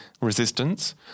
resistance